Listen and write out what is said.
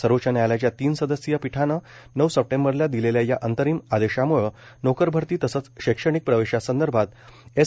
सर्वोच्च न्यायालयाच्या तीन सदस्यीय पीठाने नऊ सप्टेंबरला दिलेल्या या अंतरिम आदेशाम्ळं नोकरभरती तसंच शैक्षणिक प्रवेशासंदर्भात एस